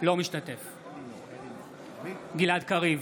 משתתף בהצבעה גלעד קריב,